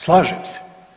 Slažem se.